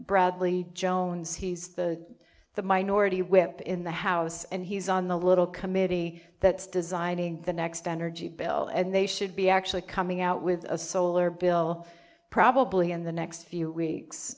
bradley jones he's the the minority whip in the house and he's on the little committee that's designing the next energy bill and they should be actually coming out with a solar bill probably in the next few weeks